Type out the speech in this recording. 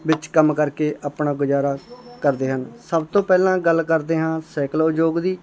ਵਿੱਚ ਕੰਮ ਕਰਕੇ ਆਪਣਾ ਗੁਜ਼ਾਰਾ ਕਰਦੇ ਹਨ ਸਭ ਤੋਂ ਪਹਿਲਾਂ ਗੱਲ ਕਰਦੇ ਹਾਂ ਸੈਕਲ ਉਦਯੋਗ ਦੀ